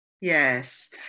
Yes